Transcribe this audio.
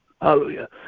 hallelujah